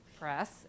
press